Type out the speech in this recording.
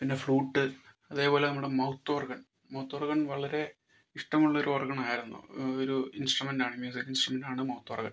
പിന്നെ ഫ്ലൂറ്റ് അതേപോലെ നമ്മുടെ മൗത്ത് ഓർഗൺ മൗത്ത് ഓർഗൺ വളരെ ഇഷ്ടമുള്ള ഒരു ഓർഗൺ ആയിരുന്നു ഒരു ഇൻസട്രുമെൻ്റാണ് മ്യൂസിക്ക് ഇൻസട്രുമെൻ്റാണ് മൗത്ത് ഓർഗൺ